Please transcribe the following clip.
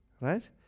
Right